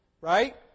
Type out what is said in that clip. right